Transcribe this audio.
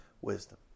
wisdom